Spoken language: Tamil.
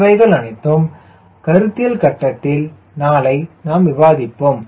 இவைகள் அனைத்தையும் கருத்தில் கட்டத்தில் நாளை நாம் விவாதிப்போம்